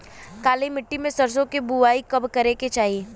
काली मिट्टी में सरसों के बुआई कब करे के चाही?